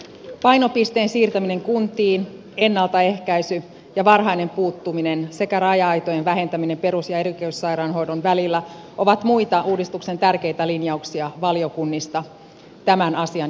painopisteen siirtäminen kuntiin ennaltaehkäisy ja varhainen puuttuminen sekä raja aitojen vähentäminen perus ja erikoissairaanhoidon välillä ovat muita uudistuksen tärkeitä linjauksia valiokunnista tämän asian jatkokäsittelyssä